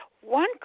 one